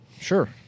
Sure